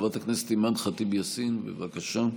חברת הכנסת אימאן ח'טיב יאסין, בבקשה.